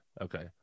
okay